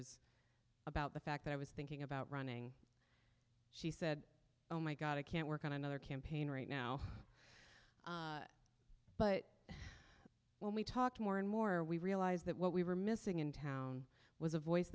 managers about the fact that i was thinking about running she said oh my god i can't work on another campaign right now but when we talked more and more we realized that what we were missing in town was a voice